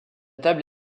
table